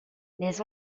les